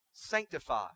Sanctify